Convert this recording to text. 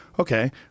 Okay